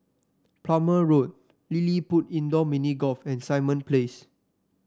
Plumer Road LilliPutt Indoor Mini Golf and Simon Place